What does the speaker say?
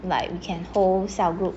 like we can hold cell group